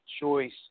choice